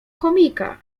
chomika